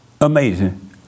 Amazing